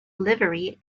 livery